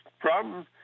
problem